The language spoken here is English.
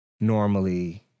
normally